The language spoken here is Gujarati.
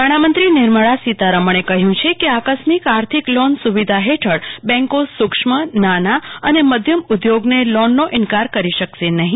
ઈ નાણામંત્રી નિર્મળા સીતારમણે કહ્યુ કે આકસ્મિક આર્થિક લોને સુવિધા હેઠળબેન્કો સુક્ષ્મ નાના અન મધ્યમ ઉધોગને લોનનો ઈનકાર કરી શકશે નહી